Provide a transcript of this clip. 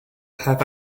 have